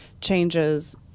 changes